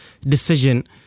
decision